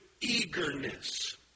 eagerness